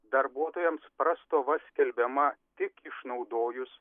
darbuotojams prastova skelbiama tik išnaudojus